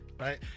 right